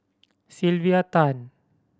Sylvia Tan